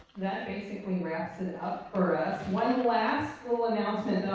that basically wraps it up for us. one last little announcement